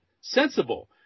sensible